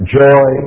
joy